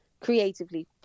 creatively